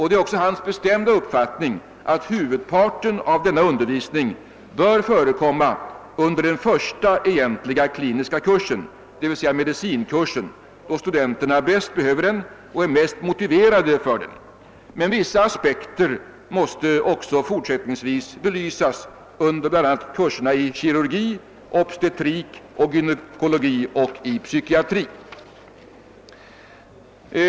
Det är också hans »bestämda uppfattning, att huvudparten av denna undervisning bör förekomma under den första egentliga kliniska kursen, d.v.s. medicinkursen, då studenterna bäst behöver den och är mest motiverade för den, men vissa aspekter måste även fortsättningsvis belysas under bl.a. kurserna i kirurgi, obstetrik och gynekologi samt psykiatri».